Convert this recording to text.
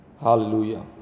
Hallelujah